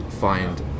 find